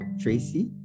Tracy